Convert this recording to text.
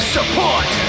Support